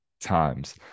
times